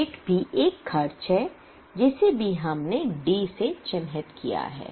freight भी एक खर्च है इसे भी हमने D से चिन्हित किया है